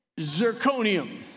zirconium